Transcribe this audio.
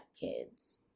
kids